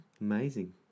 Amazing